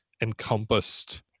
encompassed